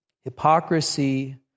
Hypocrisy